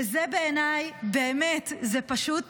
בעיניי, באמת, זה פשוט